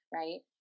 right